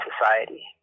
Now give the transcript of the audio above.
society